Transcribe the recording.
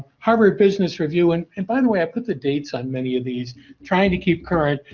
harvard business review and and by the way i put the dates on many of these trying to keep current.